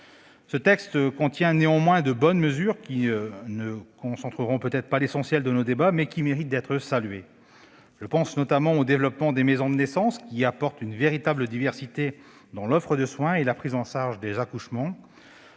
Ce texte contient néanmoins de bonnes mesures, qui ne concentreront peut-être pas l'essentiel de nos débats, mais qui méritent d'être saluées. Je pense notamment au développement des maisons de naissance, qui apportent une véritable diversité dans l'offre de soins et la prise en charge des accouchements.